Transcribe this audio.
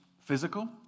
physical